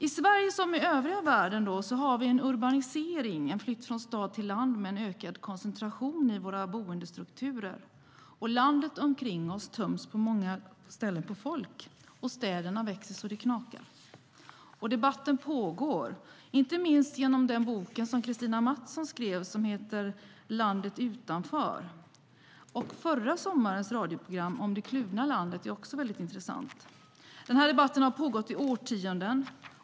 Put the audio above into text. I Sverige som i övriga världen har vi en urbanisering, en flytt från stad till land, med en ökad koncentration i våra boendestrukturer. På många ställen töms landet omkring oss på folk, och städerna växer så att det knakar. Debatten pågår, inte minst genom den bok som Kristina Mattson skrev, som heter Landet utanför . Förra sommarens radioprogram om det kluvna landet är också väldigt intressant. Den här debatten har pågått i årtionden.